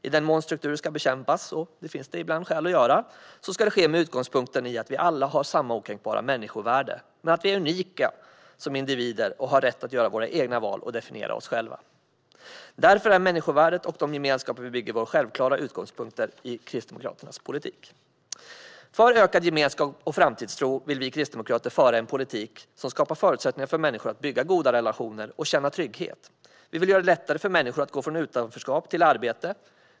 I den mån strukturer ska bekämpas - och det finns det ibland skäl att göra - ska det ske med utgångspunkten i att vi alla har samma okränkbara människovärde men att vi är unika som individer och har rätt att göra våra egna val och definiera oss själva. Därför är människovärdet och de gemenskaper vi bygger självklara utgångspunkter i Kristdemokraternas politik. För ökad gemenskap och framtidstro vill vi kristdemokrater föra en politik som skapar förutsättningar för människor att bygga goda relationer och känna trygghet. Vi vill göra det lättare för människor att gå från utanförskap till arbete.